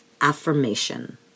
Affirmation